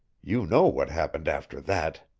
you know what happened after that.